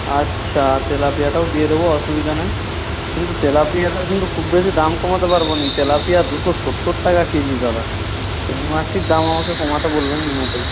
আচ্ছা তেলাপিয়াটাও দিয়ে দেবো অসুবিধা নেই কিন্তু তেলাপিয়াটা কিন্তু খুব বেশি দাম কমাতে পারব না তেলাপিয়া দুশো সত্তর টাকা কেজি দাদা ওই মাছটির দাম আমাকে কমাতে বলবেন না মোটেই